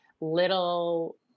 little